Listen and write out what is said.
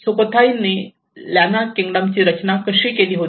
सुखोथाईंनी Lanna किंगडमची रचना कशी केली होती